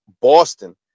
Boston